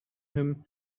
him